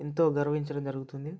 ఎంతో గర్వించడం జరుగుతుంది